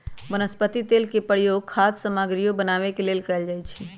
वनस्पति तेल के प्रयोग खाद्य सामगरियो बनावे के लेल कैल जाई छई